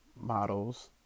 models